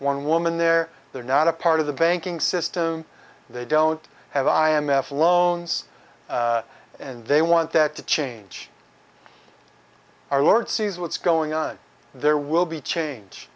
one woman there they're not a part of the banking system they don't have i m f loans and they want that to change our lord sees what's going on there will be change